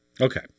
Okay